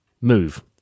move